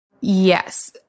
Yes